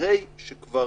אחרי שכבר